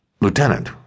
Lieutenant